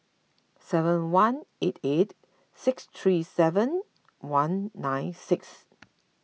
seven one eight eight six three seven one nine six